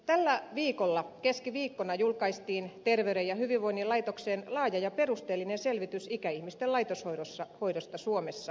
tällä viikolla keskiviikkona julkaistiin ter veyden ja hyvinvoinnin laitoksen laaja ja perusteellinen selvitys ikäihmisten laitoshoidosta suomessa